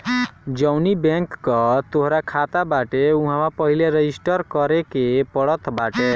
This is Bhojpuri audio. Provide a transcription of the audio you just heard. जवनी बैंक कअ तोहार खाता बाटे उहवा पहिले रजिस्टर करे के पड़त बाटे